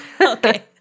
Okay